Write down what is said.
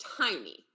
tiny